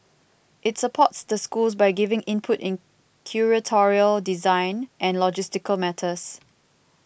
it supports the schools by giving input in curatorial design and logistical matters